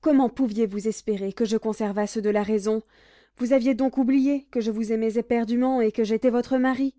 comment pouviez-vous espérer que je conservasse de la raison vous aviez donc oublié que je vous aimais éperdument et que j'étais votre mari